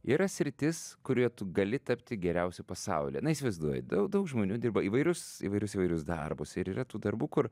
yra sritis kurioje tu gali tapti geriausiu pasaulyje na įsivaizduoji dau daug žmonių dirba įvairius įvairius įvairius darbus ir yra tų darbų kur